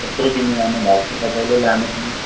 यत्रो दिन लानु भएको थियो तपाईँले लानु